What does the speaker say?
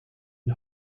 die